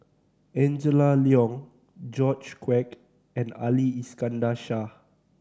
Angela Liong George Quek and Ali Iskandar Shah